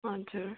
हजुर